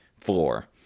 floor